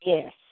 Yes